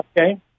Okay